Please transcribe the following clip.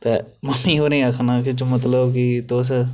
ते मम्मी होरें गी आखना कि मतलब कि तुस